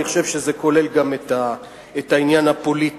אני חושב שזה כולל גם את העניין הפוליטי.